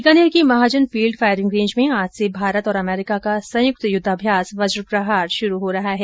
बीकानेर की Mahajan field firing range में आज से भारत और अमरीका का संयुक्त युद्वाभ्यास वज प्रहार शुरू हो रहा है